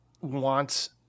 wants